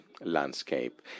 landscape